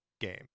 game